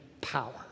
power